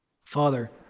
Father